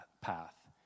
path